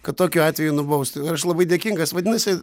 kad tokiu atveju nubausti aš labai dėkingas vadinasi